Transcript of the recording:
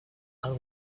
are